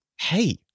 Hey